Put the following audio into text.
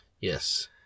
Yes